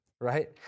Right